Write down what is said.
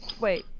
Wait